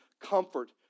comfort